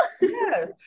Yes